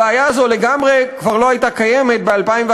הבעיה הזאת כבר לא הייתה קיימת ב-2011,